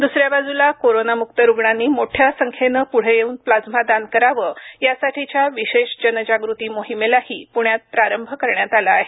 दुसऱ्या बाजूला कोरोनामुक्त रुग्णांनी मोठ्या संख्येनं पुढं येऊन प्लाझ्मा दान करावं यासाठीच्या विशेष जनजागृती मोहिमेलाही पुण्यात प्रारंभ करण्यात आला आहे